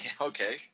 Okay